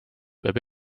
peab